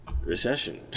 recession